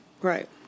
Right